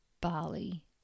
Bali